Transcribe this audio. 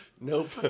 nope